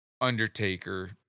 Undertaker